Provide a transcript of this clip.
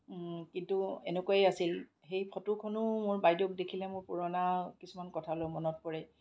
কিন্তু এনেকৈয়ে আছিল সেই ফটোখনো মোৰ বাইদেউক দেখিলে মোৰ পুৰণা কিছুমান কথালৈ মনত পৰে